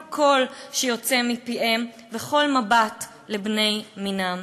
כל קול שיוצא מפיהם וכל מבט לבני מינם.